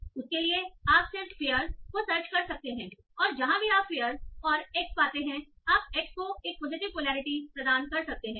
और उसके लिए आप सिर्फ फेयर को सर्च कर सकते हैं और जहाँ भी आप फेयरऔर एक्स पाते हैं आप एक्स को एक पॉजिटिव पोलैरिटी प्रदान कर सकते हैं